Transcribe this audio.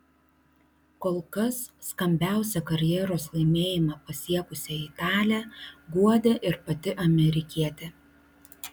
kol kas skambiausią karjeros laimėjimą pasiekusią italę guodė ir pati amerikietė